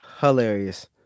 Hilarious